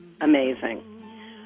Amazing